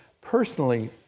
personally